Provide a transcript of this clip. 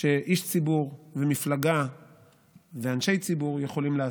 שאיש ציבור, אנשי ציבור ומפלגה יכולים לעשות.